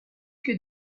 que